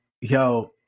Yo